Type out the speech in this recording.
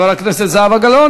חברת הכנסת זהבה גלאון,